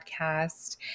podcast